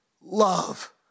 love